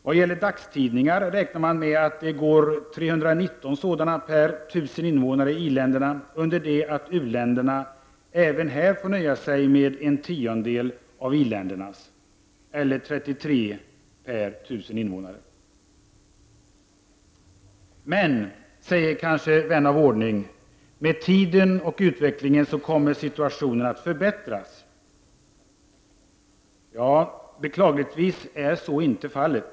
Vad gäller dagstidningar räknar man med att det går 319 sådana per 1000 invånare i i-länderna under det att u-länderna även på denna punkt får nöja sig med en tiondel av i-ländernas eller 33 per 1000 invånare. Men, säger kanske vän av ordning, med tiden och utvecklingen så kommer situationen att förbättras. Beklagligtvis är så inte fallet.